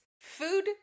food